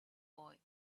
boy